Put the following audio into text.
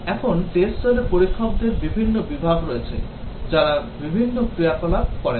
এখন টেস্ট দলে পরীক্ষকদের বিভিন্ন বিভাগ রয়েছে যারা বিভিন্ন ক্রিয়াকলাপ করেন